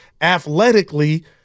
Athletically